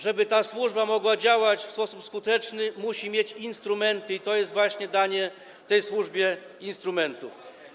Żeby ta służba mogła działać w sposób skuteczny, musi mieć instrumenty, i to jest właśnie danie tej służbie instrumentów.